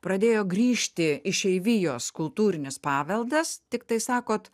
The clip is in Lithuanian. pradėjo grįžti išeivijos kultūrinis paveldas tiktai sakot